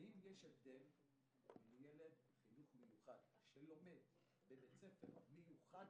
האם יש הבדל בין ילד בחינוך מיוחד שלומד בבית ספר מיוחד